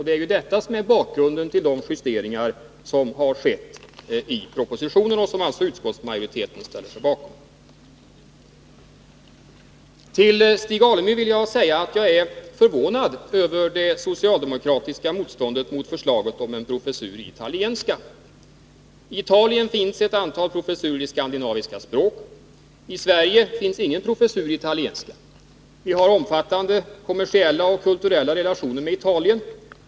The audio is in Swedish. Det är det som är bakgrunden till de justeringar som har gjorts i propositionen och som utskottsmajoriteten alltså ställer sig bakom. Till Stig Alemyr vill jag säga att jag är förvånad över det socialdemokratiska motståndet mot förslaget om en professur i italienska. I Italien finns ett antal professurer i skandinaviska språk. I Sverige finns ingen professur i italienska. Vi har omfattande kommersiella och kulturella relationer med Italien.